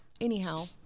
anyhow